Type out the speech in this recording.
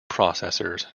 processors